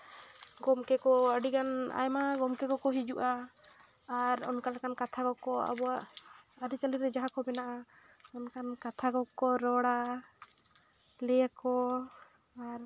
ᱜᱚᱢᱠᱮ ᱠᱚ ᱟᱹᱰᱤ ᱜᱟᱱ ᱟᱭᱢᱟ ᱜᱚᱢᱠᱮ ᱠᱚᱠᱚ ᱦᱤᱡᱩᱜᱼᱟ ᱟᱨ ᱚᱱᱠᱟᱞᱮᱠᱟᱱ ᱠᱟᱛᱷᱟ ᱠᱚᱠᱚ ᱟᱵᱚᱣᱟᱜ ᱟ ᱨᱤ ᱪᱟ ᱞᱤ ᱨᱮ ᱡᱟᱦᱟᱸ ᱠᱚ ᱢᱮᱱᱟᱜᱼᱟ ᱚᱱᱠᱟᱱ ᱠᱟᱛᱷᱟ ᱠᱚᱠᱚ ᱨᱚᱲᱟ ᱞᱟᱹᱭᱟ ᱠᱚ ᱟᱨ